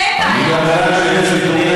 אז הצעקות שלך,